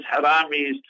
Haramis